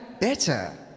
better